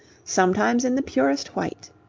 sometimes in the purest white.